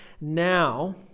now